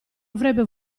avrebbe